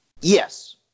Yes